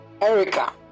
Erica